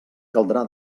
caldrà